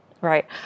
Right